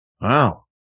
Wow